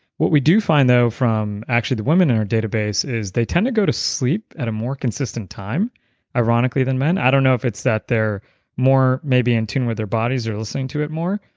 what we do find though from actually the women in our database is they tend to go to sleep at a more consistent time ironically than men. i don't know if it's that they're more maybe in tune with their bodies or listening to it more,